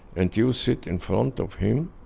and you sit in front of him,